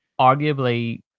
arguably